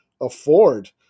afford –